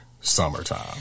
summertime